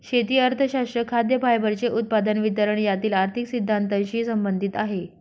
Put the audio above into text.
शेती अर्थशास्त्र खाद्य, फायबरचे उत्पादन, वितरण यातील आर्थिक सिद्धांतानशी संबंधित आहे